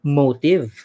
motive